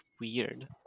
weird